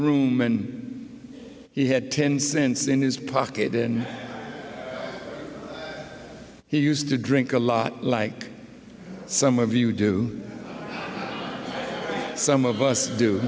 room and he had ten cents in his pocket and he used to drink a lot like some of you do some of us do